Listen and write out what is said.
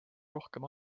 rohkem